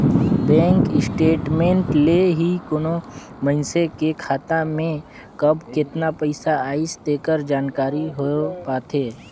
bank statement ले ही कोनो मइसने के खाता में कब केतना पइसा आइस तेकर जानकारी हो पाथे